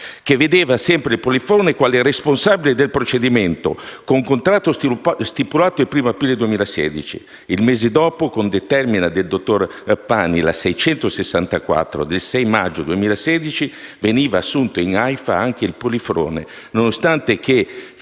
che vedeva sempre il Polifrone quale responsabile del procedimento, con contratto stipulato il 1° aprile 2016. Il mese dopo, con determina del dottor Pani n. 664 del 6 maggio 2016, veniva assunto nell'Aifa anche il Polifrone, nonostante che fino